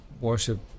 worship